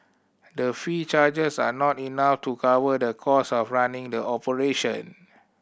the fee charged are not enough to cover the cost of running the operation